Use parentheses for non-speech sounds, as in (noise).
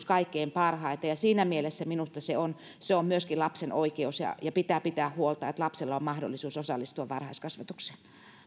(unintelligible) kaikkein parhaiten siinä mielessä minusta se on se on myöskin lapsen oikeus ja ja pitää pitää huolta että lapsella on mahdollisuus osallistua varhaiskasvatukseen